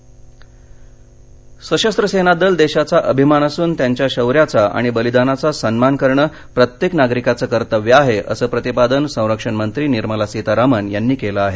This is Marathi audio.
सशस्त्र सेनाः सशस्त्र सेना दल देशाचा अभिमान असून त्यांच्या शौर्याचा आणि बलिदानाचा सन्मान करण प्रत्येक नागरिकाचं कर्तव्य आहे असं प्रतिपादन संरक्षणमंत्री निर्मला सीतारामन यांनी केलं आहे